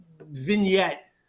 vignette